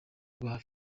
rwa